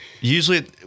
usually